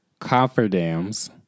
cofferdams